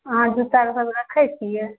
अहाँ जुता रक्खै छियै